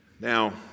Now